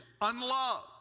unloved